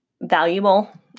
valuable